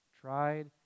tried